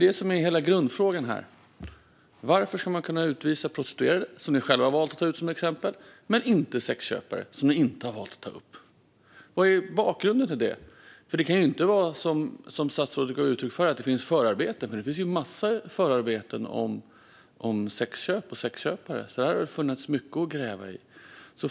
Det är hela grundfrågan. Varför ska man kunna utvisa prostituerade, som ni själva har valt att ta upp som exempel, men inte sexköpare, som ni inte har valt att ta upp? Vad är bakgrunden till det? Det kan ju inte vara att det finns förarbeten, som statsrådet gav uttryck för. Det finns ju massor av förarbeten om sexköp och sexköpare. Där hade det funnits mycket att gräva i.